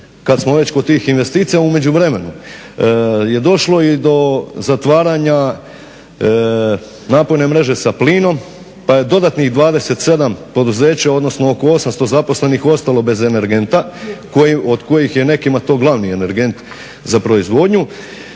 kada smo već kod tih investicija u međuvremenu je došlo i do zatvaranja napojne mreže sa plinom pa je dodatnih 27 poduzeća odnosno oko 800 zaposlenih ostalo bez energenta od kojih je nekima to glavni energent za proizvodnju.